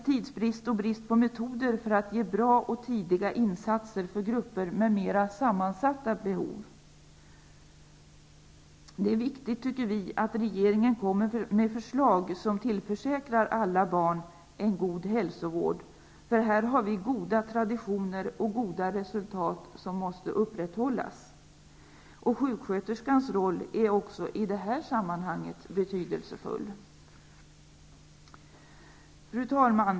Tidsbrist och brist på metoder för att ge bra och tidiga insatser för grupper med mer sammansatta behov anges. Vi tycker att det är viktigt att regeringen lägger fram förslag som tillförsäkrar alla barn en god hälsovård. Här har vi goda traditioner och goda resultat som måste upprätthållas. Sjuksköterskans roll är också i det här sammanhanget betydelsefull. Fru talman!